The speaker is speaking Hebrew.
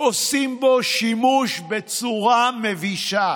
עושים בו שימוש בצורה מבישה,